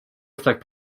reflect